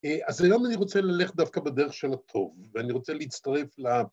‫אז היום אני רוצה ללכת ‫דווקא בדרך של הטוב, ‫ואני רוצה להצטרף ל...